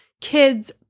kids